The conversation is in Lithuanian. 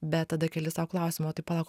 bet tada keli sau klausimą o tai palauk